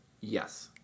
yes